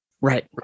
Right